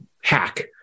hack